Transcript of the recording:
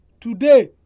Today